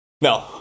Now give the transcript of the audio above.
No